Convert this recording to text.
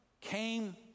came